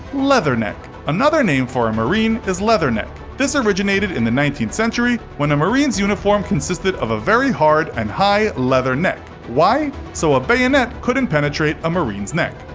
leatherneck another name for a marine is leatherneck. this originated in the nineteenth century when a marine's uniform consisted of a very hard and high leather neck. why? so, a bayonet couldn't penetrate a marine's neck.